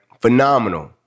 phenomenal